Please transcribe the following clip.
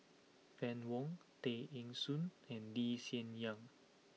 Fann Wong Tay Eng Soon and Lee Hsien Yang